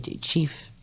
Chief